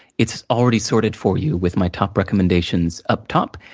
it's already sorted for you, with my top recommendations, up top,